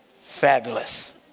fabulous